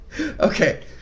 okay